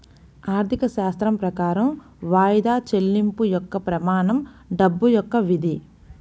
ఆర్థికశాస్త్రం ప్రకారం వాయిదా చెల్లింపు యొక్క ప్రమాణం డబ్బు యొక్క విధి